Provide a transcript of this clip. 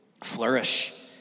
Flourish